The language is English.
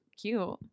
cute